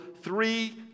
three